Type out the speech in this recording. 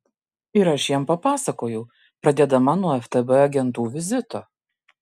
ir aš jam papasakojau pradėdama nuo ftb agentų vizito